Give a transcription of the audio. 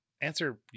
answer